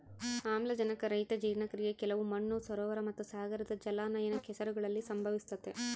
ಆಮ್ಲಜನಕರಹಿತ ಜೀರ್ಣಕ್ರಿಯೆ ಕೆಲವು ಮಣ್ಣು ಸರೋವರ ಮತ್ತುಸಾಗರದ ಜಲಾನಯನ ಕೆಸರುಗಳಲ್ಲಿ ಸಂಭವಿಸ್ತತೆ